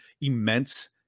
immense